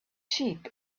sheep